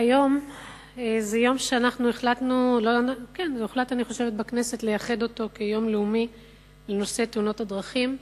היום זהו יום שהוחלט בכנסת לייחד אותו ליום הלאומי לנושא תאונות הדרכים.